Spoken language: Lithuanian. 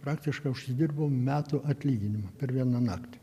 praktiškai užsidirbau metų atlyginimą per vieną naktį